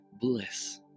bliss